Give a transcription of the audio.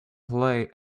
play